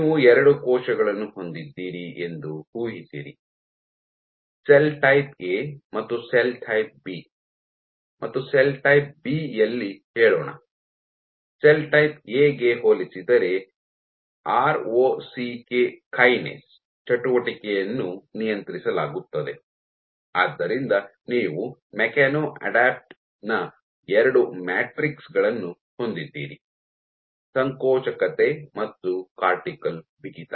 ನೀವು ಎರಡು ಕೋಶಗಳನ್ನು ಹೊಂದಿದ್ದೀರಿ ಎಂದು ಊಹಿಸಿರಿ ಸೆಲ್ ಟೈಪ್ ಎ ಮತ್ತು ಸೆಲ್ ಟೈಪ್ ಬಿ ಮತ್ತು ಸೆಲ್ ಟೈಪ್ ಬಿ ಯಲ್ಲಿ ಹೇಳೋಣ ಸೆಲ್ ಟೈಪ್ ಎ ಗೆ ಹೋಲಿಸಿದರೆ R O C K kinase ಚಟುವಟಿಕೆಯನ್ನು ನಿಯಂತ್ರಿಸಲಾಗುತ್ತದೆ ಆದ್ದರಿಂದ ನೀವು ಮೆಕ್ಯಾನೊ ಅಡ್ಯಾಪ್ಟ್ ನ ಎರಡು ಮ್ಯಾಟ್ರಿಕ್ಸ್ ಗಳನ್ನು ಹೊಂದಿದ್ದೀರಿ ಸಂಕೋಚಕತೆ ಮತ್ತು ಕಾರ್ಟಿಕಲ್ ಬಿಗಿತ